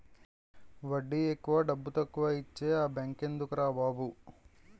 వడ్డీ ఎక్కువ డబ్బుతక్కువా ఇచ్చే ఆ బేంకెందుకురా బాబు